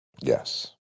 Yes